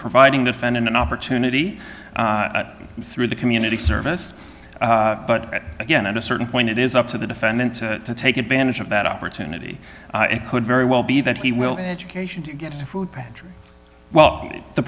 providing defendant an opportunity through the community service but again at a certain point it is up to the defendant to take advantage of that opportunity it could very well be that he will in education to get a food pantry well the